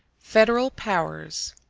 federal powers